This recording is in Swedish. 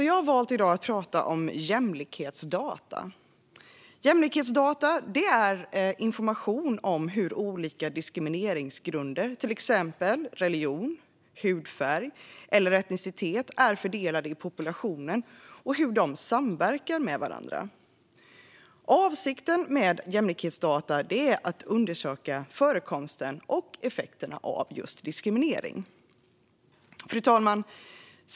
Jag har därför i dag valt att prata om jämlikhetsdata, som är information om hur olika diskrimineringsgrunder, till exempel religion, hudfärg eller etnicitet, är fördelade i populationen och hur de samverkar med varandra. Avsikten med jämlikhetsdata är att undersöka förekomsten och effekterna av just diskriminering. Fru talman!